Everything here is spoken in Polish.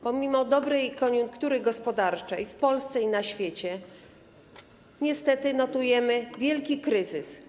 Pomimo dobrej koniunktury gospodarczej w Polsce i na świecie niestety notujemy wielki kryzys.